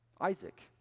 Isaac